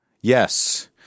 Yes